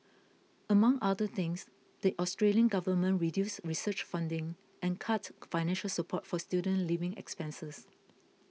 among other things the Australian government reduced research funding and cut financial support for student living expenses